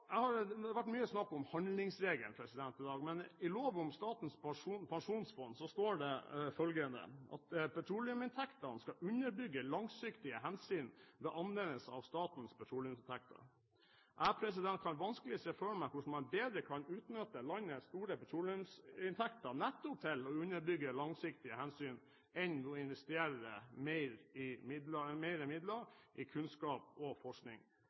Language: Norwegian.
Jeg kan vanskelig se for meg hvordan man bedre kan utnytte landets store petroleumsinntekter nettopp til å underbygge langsiktige hensyn, enn å investere mere midler i kunnskap og forskning.